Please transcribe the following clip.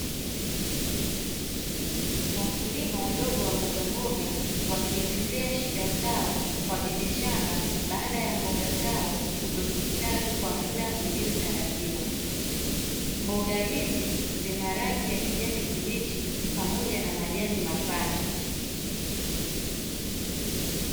Wakulima wadogo wa mbogamboga wakielezea shida zao kwa bibi, shamba baada ya mboga zao kutokusitawi kwa muda uliotarajiwa. Mboga hizi zina rangi ya kijani kibichi, pamoja na majani mapana.